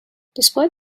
despite